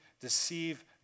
deceive